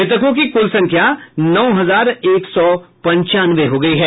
मृतकों की कुल संख्या नौ हजार एक सौ पंचानवे हो गई है